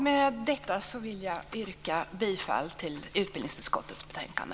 Med detta vill jag yrka bifall till hemställan i utbildningsutskottets betänkande.